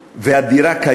והדירה קיימת,